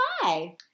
hi